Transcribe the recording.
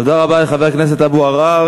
תודה רבה לחבר הכנסת אבו עראר.